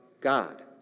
God